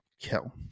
kill